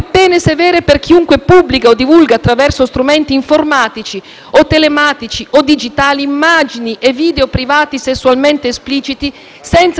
informatici, telematici o digitali immagini e video privati sessualmente espliciti senza il consenso delle persone rappresentate.